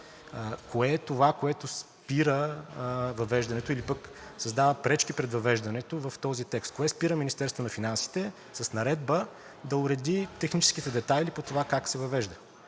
Кое е това, което спира въвеждането, или пък създава пречки пред въвеждането в този текст? Кое спира Министерството на финансите с наредба да уреди техническите детайли по това как се въвежда?